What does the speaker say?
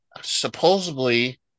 supposedly